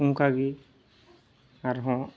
ᱚᱱᱠᱟᱜᱮ ᱟᱨᱦᱚᱸ